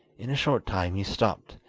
in a short time he stopped,